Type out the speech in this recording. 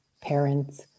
parents